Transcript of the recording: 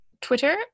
Twitter